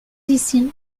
ici